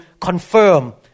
confirm